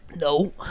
No